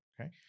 Okay